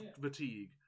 fatigue